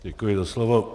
Děkuji za slovo.